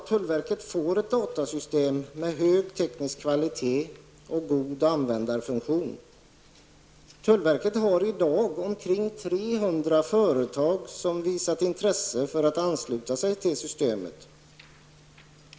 Tullverket får nu ett datasystem med hög teknisk kvalitet och god användarfunktion. I dag har omkring 300 företag visat intresse för att ansluta sig till systemet.